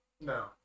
no